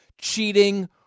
cheating